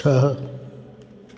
छह